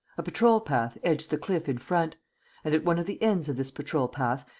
a patrol-path edged the cliff in front and, at one of the ends of this patrol-path,